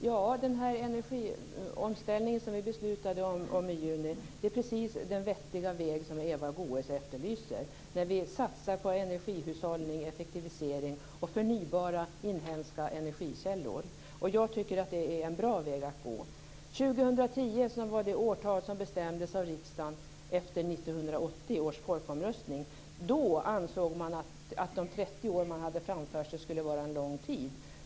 Herr talman! Den energiomställning som vi beslutade om i juni är precis den vettiga väg som Eva Goës efterlyser. Vi satsar på energihushållning, effektivisering och förnybara inhemska energikällor. Jag tycker att det är en bra väg att gå. 2010 var det årtal som bestämdes av riksdagen efter 1980 års folkomröstning. Då ansåg man att de 30 år som man hade framför sig skulle vara en lång tid.